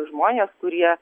žmonės kurie